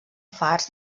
farts